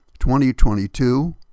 2022